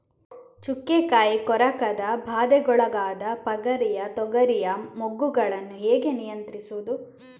ಚುಕ್ಕೆ ಕಾಯಿ ಕೊರಕದ ಬಾಧೆಗೊಳಗಾದ ಪಗರಿಯ ತೊಗರಿಯ ಮೊಗ್ಗುಗಳನ್ನು ಹೇಗೆ ನಿಯಂತ್ರಿಸುವುದು?